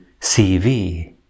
CV